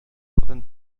poden